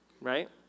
right